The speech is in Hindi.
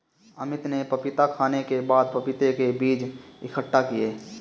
अमित ने पपीता खाने के बाद पपीता के बीज इकट्ठा किए